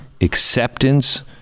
acceptance